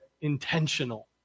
intentional